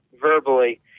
verbally